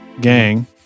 gang